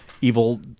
evil